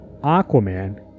Aquaman